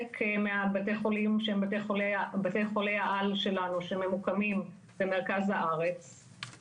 מבתי החולים שהם בתי חולי העל שלנו שממוקמים במרכז הארץ,